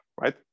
right